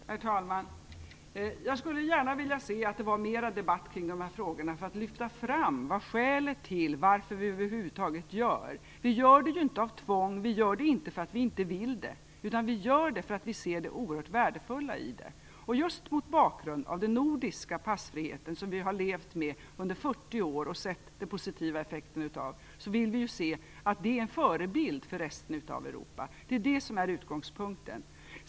Herr talman! Jag skulle gärna vilja se att det fördes mera debatt i dessa frågor, för att lyfta fram skälet till att vi över huvud taget gör detta. Vi gör det inte av tvång, inte trots att vi inte vill det, utan för att vi ser det oerhört värdefulla i det. Vi har under 40 år levt med den nordiska passfriheten och sett positiva effekter av den, och vi vill se den som en förebild för resten av Europa. Det är utgångspunkten.